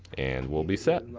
and we'll be set.